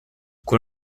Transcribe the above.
con